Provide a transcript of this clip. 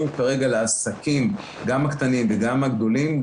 כרגע לעסקים גם הקטנים וגם הגדולים,